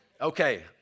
Okay